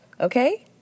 Okay